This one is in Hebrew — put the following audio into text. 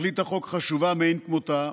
תכלית החוק חשובה מאין כמותה,